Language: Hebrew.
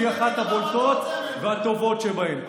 והיא אחת הבולטות והטובות שבהם.